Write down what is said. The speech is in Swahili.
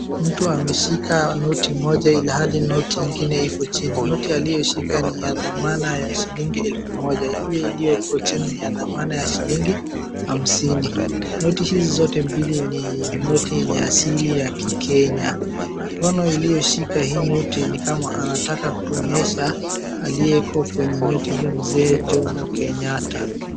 Mtu ameshika noti moja ilhali noti nyingine iko chini. Noti aliyoshika ni ya dhamana ya shilingi elfu moja. Ile iliyo huko chini ni ya dhamana ya shilingi hamsini. Noti hizi zote mbili ni noti yenye asili ya Kikenya. Mkono ulioshika hii noti, ni kama anataka kutuonyesha aliyeko kwenye noti hiyo mzee Jomo Kenyatta.